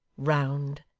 round,